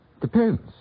Depends